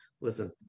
listen